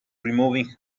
removing